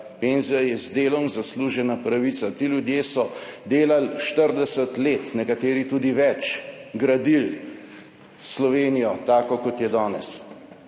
penzija je z delom zaslužena pravica. Ti ljudje so delali 40 let, nekateri tudi več, gradili Slovenijo táko kot je danes.